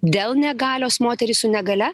dėl negalios moterys su negalia